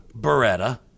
beretta